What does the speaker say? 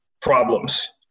problems